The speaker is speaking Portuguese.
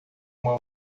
uma